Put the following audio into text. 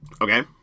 Okay